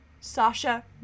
Sasha